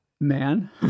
man